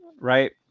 right